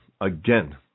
Again